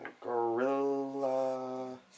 Gorilla